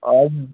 हजुर